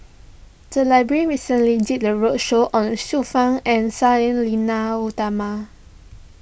the library recently did a roadshow on Xiu Fang and Sang Nila Utama